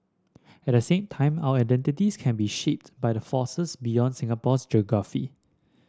at the same time our identities can be shaped by the forces beyond Singapore's geography